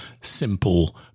simple